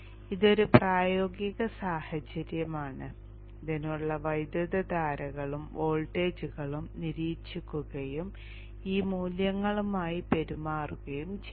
ഇതൊരു പ്രായോഗിക സാഹചര്യമാണ് ഇതിനുള്ള വൈദ്യുതധാരകളും വോൾട്ടേജുകളും നിരീക്ഷിക്കുകയും ഈ മൂല്യങ്ങളുമായി പെരുമാറുകയും ചെയ്യുക